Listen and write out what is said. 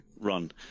run